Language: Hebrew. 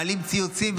מעלים ציוצים,